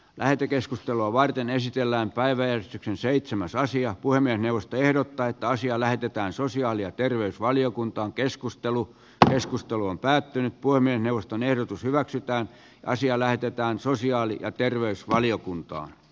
lähetekeskustelua varten esitellään päiväys on seitsemäs aasian puolemme neuvosto ehdottaa että asia lähetetään sosiaali ja terveysvaliokuntaan keskustelu keskustelu on päättynyt voimme neuvoston ehdotus hyväksytään naisia lähetetään sosiaali ja käräjäoikeudessa